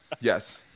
Yes